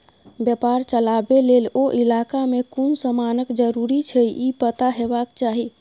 बेपार चलाबे लेल ओ इलाका में कुन समानक जरूरी छै ई पता हेबाक चाही